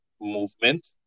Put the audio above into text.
movement